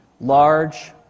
large